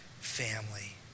family